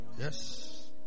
Yes